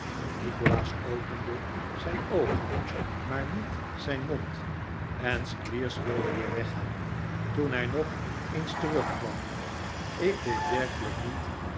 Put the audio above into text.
nikolaas opende zijn oogen maar niet zijn mond en squeers wilde weer weggaan toen hij nog eens terugkwam ik weet werkelijk niet